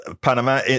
Panama